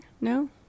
No